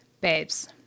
Babes